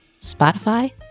Spotify